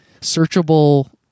searchable